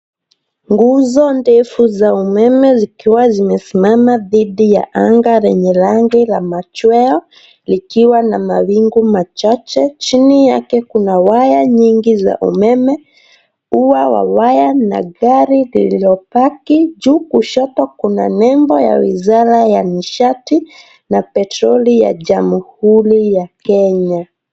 Nguzo ndefu za umeme zikiwa zimesimama dhidi ya anga lenye rangi la machweo, likiwa na mawingu machache. Chini yake kuna waya nyingi za umeme, ua wa waya na gari lililopaki, juu kushoto kuna nembo ya wizara ya nishati na petroli ya jamuhuri ya Kenya.